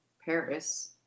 Paris